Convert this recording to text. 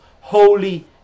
holy